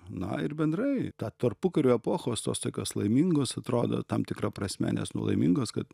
na ir bendrai tą tarpukario epochos tos tokios laimingos atrodo tam tikra prasme nes nu laimingos kad